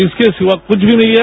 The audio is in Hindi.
इसके सिवा कुछ भी नहीं है